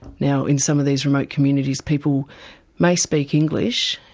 now in some of these remote communities people may speak english,